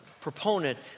proponent